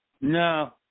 No